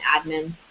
admin